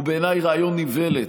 הוא בעיניי רעיון איוולת,